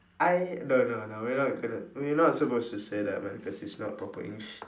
I no no no we're not gonna we're not supposed to say that man because it's not proper English